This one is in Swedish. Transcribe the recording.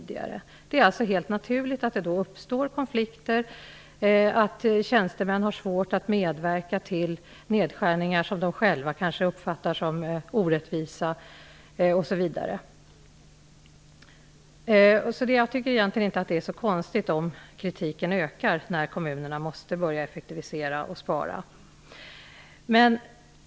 Det är alltså helt naturligt att det t.ex. uppstår konflikter och att tjänstemän har svårt att medverka i nedskärningar som de själva kanske uppfattar som orättvisa. Jag tycker således egentligen inte att det är så konstigt om kritiken ökar när kommunerna måste börja effektivisera och spara.